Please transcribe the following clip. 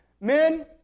Men